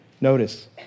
Notice